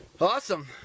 awesome